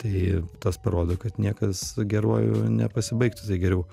tai tas parodo kad niekas geruoju nepasibaigtų tai geriau